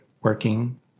working